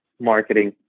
marketing